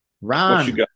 Ron